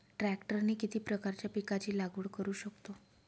ट्रॅक्टरने किती प्रकारच्या पिकाची लागवड करु शकतो?